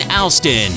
Alston